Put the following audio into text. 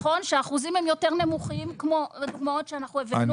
שהאחוזים הם יותר נמוכים כמו הדוגמאות שאנחנו הבאנו